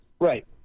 Right